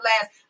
last